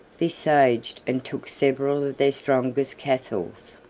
besieged and took several of their strongest castles,